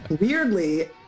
weirdly